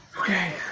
Okay